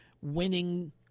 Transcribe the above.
winning